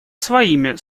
своими